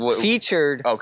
featured